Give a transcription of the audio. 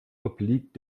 obliegt